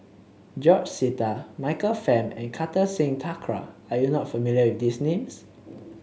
George Sita Michael Fam and Kartar Singh Thakral are you not familiar with these names